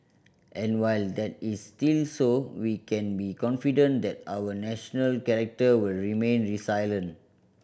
and while that is still so we can be confident that our national character will remain resilient